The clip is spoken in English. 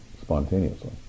spontaneously